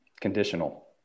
conditional